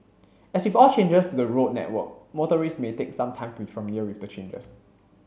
as with all changes to the road network motorists may take some time to be familiar with the changes